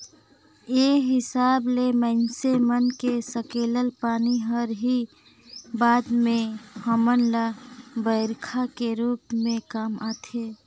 ए हिसाब ले माइनसे मन के सकेलल पानी हर ही बाद में हमन ल बईरखा के रूप में काम आथे